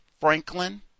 Franklin